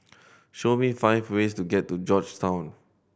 show me five ways to get to Georgetown